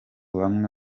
bamwe